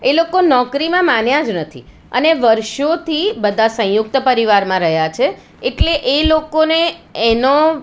એ લોકો નોકરીમાં માન્યા જ નથી અને વર્ષોથી બધા સંયુક્ત પરિવારમાં રહ્યા છે એટલે એ લોકોને એનો